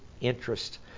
interest